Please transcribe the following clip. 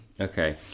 Okay